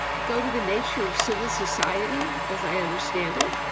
go to the nature of civil society, as i understand it,